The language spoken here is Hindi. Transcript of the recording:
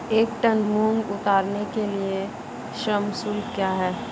एक टन मूंग उतारने के लिए श्रम शुल्क क्या है?